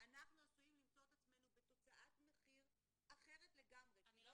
אנחנו עשויים למצוא את עצמנו בתוצאת מחיר אחרת לגמרי כי לא